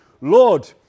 Lord